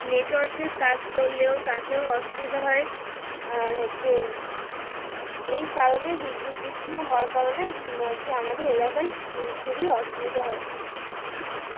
নেটওয়ার্কের কাজ করলেও তাতেও অসুবিধা হয় আর হচ্ছে এই কারণে বিদ্যুৎ বিচ্ছিন্ন হওয়ার কারণে হচ্ছে আমাদের এলাকায় খুবই অসুবিধা হয়